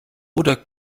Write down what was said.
oder